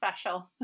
special